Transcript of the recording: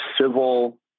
civil